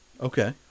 Okay